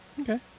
Okay